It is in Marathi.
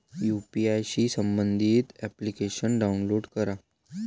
यू.पी.आय शी संबंधित अप्लिकेशन डाऊनलोड करा